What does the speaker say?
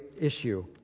issue